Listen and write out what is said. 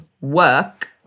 work